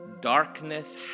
darkness